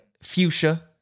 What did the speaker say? fuchsia